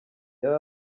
yari